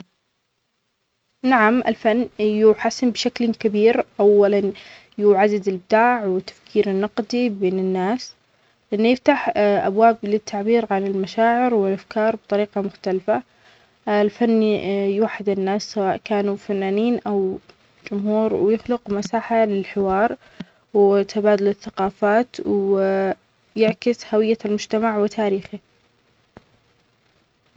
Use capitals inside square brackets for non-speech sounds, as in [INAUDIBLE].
نعم، الفن يحسن بشكل كبير. أولاً، يعزز الإبداع والتفكير النقدي بين الناس. إنه يفتح [HESITATION] أبواب للتعبير عن المشاعر والأفكار بطريقة مختلفة. الفن يوحد الناس، سواء كانوا فنانين أو جمهور، ويخلق مساحة للحوار وتبادل الثقافات ويعكس هوية المجتمع وتاريخه.